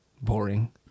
boring